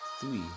three